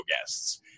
guests